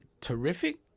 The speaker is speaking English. terrific